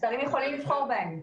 השרים יכולים לבחור בהם.